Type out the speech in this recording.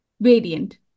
variant